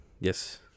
yes